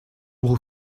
will